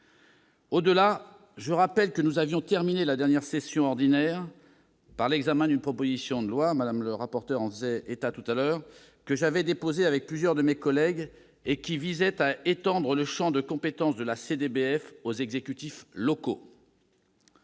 Au-delà, je rappelle que nous avions terminé la dernière session ordinaire par l'examen d'une proposition de loi que j'avais déposée avec plusieurs de mes collègues et qui visait à étendre le champ de compétence de la CDBF aux exécutifs locaux.